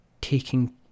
taking